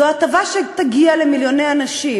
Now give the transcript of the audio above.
"זו הטבה שתגיע למיליוני אנשים.